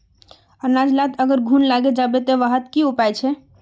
अनाज लात अगर घुन लागे जाबे ते वहार की उपाय छे?